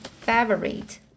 favorite